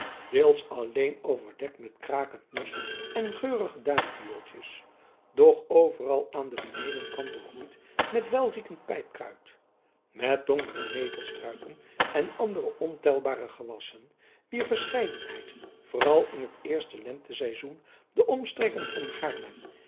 deels alleen overdekt met krakend mos en geurige duinviooltjes doch overal aan den benedenkant begroeid met welriekend pijpkruid met donkere netelstruiken en andere ontelbare gewassen wier verscheidenheid vooral in het eerste lenteseizoen de omstreken van haarlem